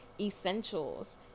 essentials